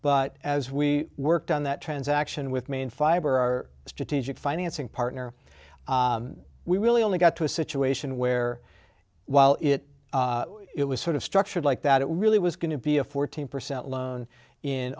but as we worked on that transaction with main fiber our strategic financing partner we really only got to a situation where while it it was sort of structured like that it really was going to be a fourteen percent loan in